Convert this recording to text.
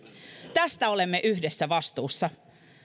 tästä olemme yhdessä vastuussa